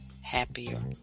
Happier